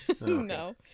no